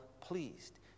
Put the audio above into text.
pleased